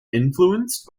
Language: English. influenced